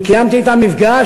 אני קיימתי אתם מפגש,